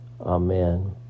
Amen